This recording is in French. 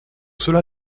cela